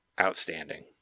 outstanding